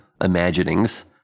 imaginings